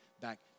back